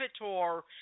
tour